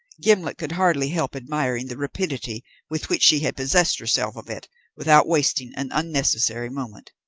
gimblet could hardly help admiring the rapidity with which she had possessed herself of it without wasting an unnecessary moment.